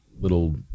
little